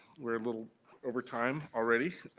we're a little over time already.